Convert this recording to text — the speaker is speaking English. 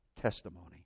testimony